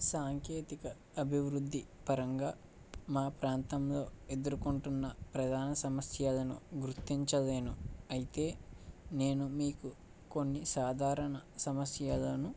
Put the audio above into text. సాంకేతిక అభివృద్ధి పరంగా మా ప్రాంతంలో ఎదురుకొంటున్న ప్రధాన సమస్యలను గుర్తించలేను అయితే నేను మీకు కొన్ని సాధారణ సమస్యలను